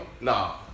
Nah